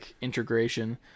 integration